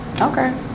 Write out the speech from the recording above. Okay